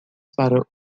para